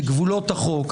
בגבולות החוק,